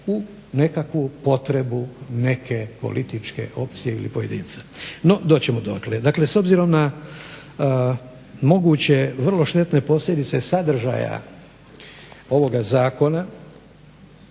u nekakvu potrebu neke političke opcije ili pojedinca, no doći ćemo dotle. Dakle s obzirom na moguće vrlo štetne posljedice sadržaja ovoga Zakona